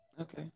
Okay